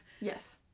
Yes